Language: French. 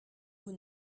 vous